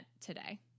today